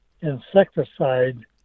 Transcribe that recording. insecticide